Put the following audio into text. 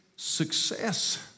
success